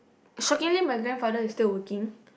shockingly my grandfather is still working